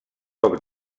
poc